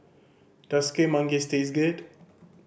does Kueh Manggis taste good